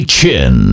Chin